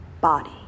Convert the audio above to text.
body